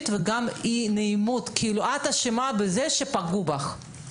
וגם אי נעימות כאילו את אשמה בזה שפגעו בך.